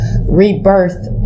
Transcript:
rebirth